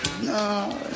No